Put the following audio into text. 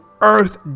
earth